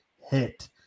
hit